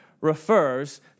refers